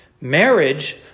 Marriage